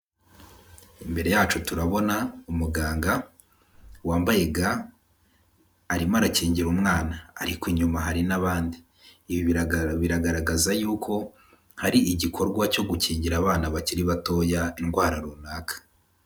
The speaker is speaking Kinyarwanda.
Imbere yacu turabona umuganga wambaye ga, arimo arakingira umwana, ariko inyuma hari n'abandi, ibi biragara biragaragaza y'uko hari igikorwa cyo gukingira abana bakiri batoya indwara runaka.